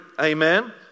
Amen